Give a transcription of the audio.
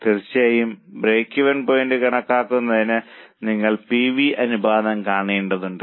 തീർച്ചയായും break even point കണക്കാക്കുന്നതിന് നിങ്ങൾ പി വി അനുപാതവും കണക്കാക്കേണ്ടതുണ്ട്